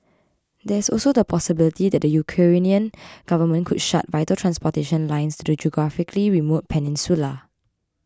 there is also the possibility that the Ukrainian government could shut vital transportation lines to the geographically remote peninsula